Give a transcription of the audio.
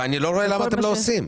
ואני לא רואה למה אתם לא עושים.